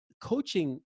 coaching